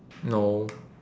no